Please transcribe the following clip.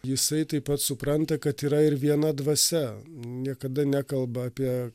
jisai taip pat supranta kad yra ir viena dvasia niekada nekalba apie